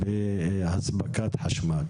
באספקת חשמל?